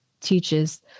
teaches